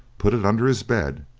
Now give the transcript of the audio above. put it under his bed,